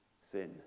sin